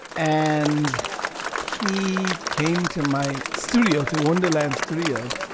and he came to my studio to wonderland studios.